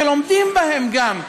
שלומדים בהם גם.